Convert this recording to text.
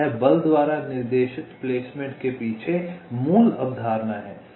यह बल द्वारा निर्देशित प्लेसमेंट के पीछे मूल अवधारणा है